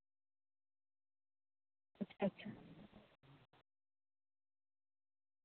ᱟᱪᱪᱷᱟ